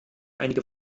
einige